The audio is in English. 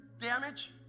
damage